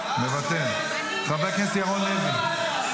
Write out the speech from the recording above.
מוותר, חבר הכנסת ירון לוי,